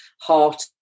heart